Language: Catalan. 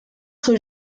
seu